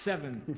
seven,